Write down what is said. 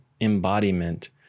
embodiment